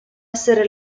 essere